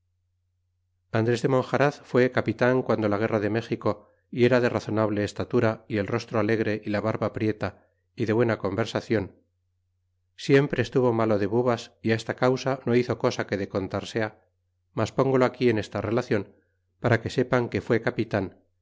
andres de monjaraz fué capitan guando la guerra de méxico y era de razonable estatura y el rostro alegre y la barba prieta y de buena conversacion siempre estuvo malo de bubas é esta causa no hizo cosa que de contar sea mas pongolo aquí en esta relacion para que sepan que fué capitan